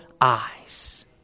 eyes